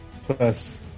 plus